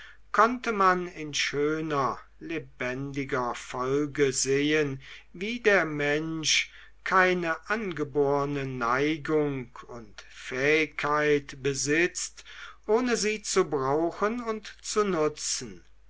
konnte man in schöner lebendiger folge sehen wie der mensch keine angeborne neigung und fähigkeit besitzt ohne sie zu brauchen und zu nutzen